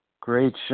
Great